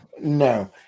no